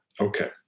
Okay